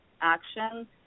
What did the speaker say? action